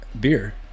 beer